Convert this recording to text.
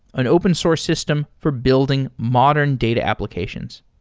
an open source system for building modern data applications.